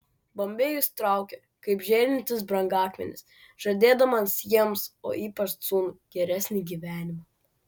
bombėjus traukia kaip žėrintis brangakmenis žadėdamas jiems o ypač sūnui geresnį gyvenimą